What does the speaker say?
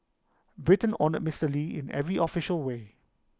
Britain honoured Mister lee in every official way